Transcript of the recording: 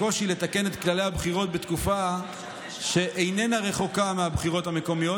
הקושי לתקן את כללי הבחירות בתקופה שאיננה רחוקה מהבחירות המקומיות,